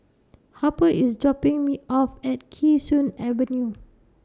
Harper IS dropping Me off At Kee Sun Avenue